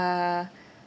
uh